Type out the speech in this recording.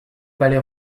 palais